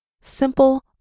simple